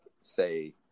say